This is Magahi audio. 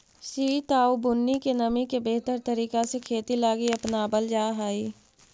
सित आउ बुन्नी के नमी के बेहतर तरीका से खेती लागी अपनाबल जा हई